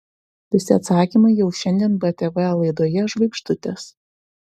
visi atsakymai jau šiandien btv laidoje žvaigždutės